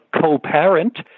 co-parent